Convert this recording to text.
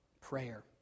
prayer